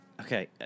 Okay